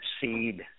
seed